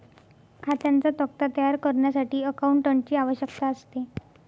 खात्यांचा तक्ता तयार करण्यासाठी अकाउंटंटची आवश्यकता असते